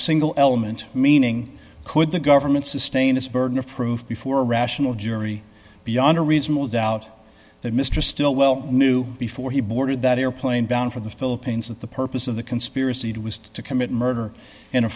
single element meaning could the government sustain its burden of proof before a rational jury beyond a reasonable doubt that mr stillwell knew before he boarded that airplane bound for the philippines that the purpose of the conspiracy was to commit murder in a